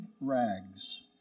rags